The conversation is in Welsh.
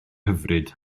hyfryd